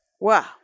Wow